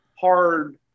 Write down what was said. hard